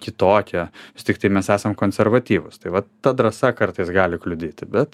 kitokie vis tiktai mes esam konservatyvūs tai vat ta drąsa kartais gali kliudyti bet